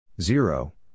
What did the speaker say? Zero